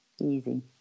easy